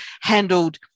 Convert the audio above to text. handled